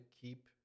keep